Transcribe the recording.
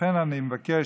לכן אני מבקש